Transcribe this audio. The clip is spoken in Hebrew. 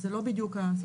זה לא בדיוק הסיטואציה.